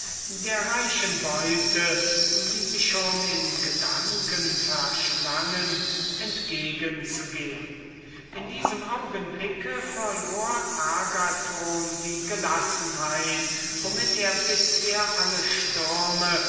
der reichen beute die sie schon in gedanken verschlangen entgegen zu gehen in diesem augenblick verlor agathon die gelassenheit mit der er bisher alle stürme